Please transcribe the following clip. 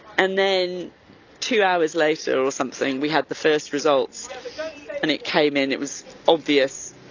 and then two hours later or something, we had the first results and it came in. it was obvious